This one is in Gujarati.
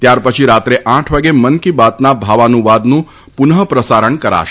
ત્યારપછી રાત્રે આઠ વાગે મન કી બાતના ભાવાનુવાદનું પુનઃ પ્રસારણ કરાશે